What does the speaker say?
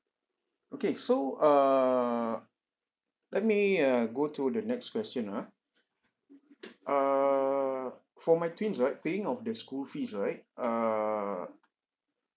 okay so err let me uh go to the next question ah err for my twins right paying of the school fees right err